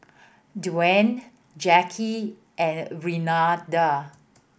Dewayne Jacky and Renada